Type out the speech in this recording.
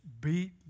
beat